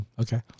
Okay